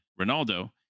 Ronaldo